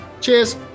Cheers